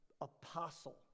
apostle